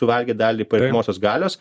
suvalgė dalį perkamosios galios